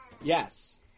Yes